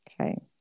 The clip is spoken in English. Okay